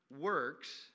works